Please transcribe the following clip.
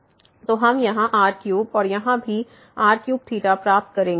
तो हम यहाँ r3 और यहाँ भी r3 प्राप्त करेंगे